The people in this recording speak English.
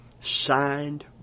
signed